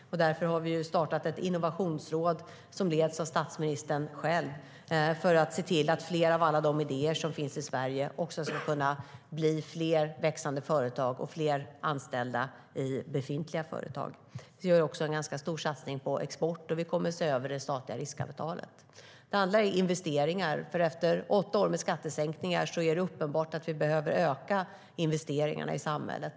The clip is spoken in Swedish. Därför har vi startat ett innovationsråd, som leds av statsministern själv, för att se till att fler av alla de idéer som finns i Sverige också ska kunna bli fler växande företag och fler anställda i befintliga företag. Vi gör också en ganska stor satsning på export. Och vi kommer att se över det statliga riskkapitalet. För det andra satsar vi på investeringar, för efter åtta år med skattesänkningar är det uppenbart att vi behöver öka investeringarna i samhället.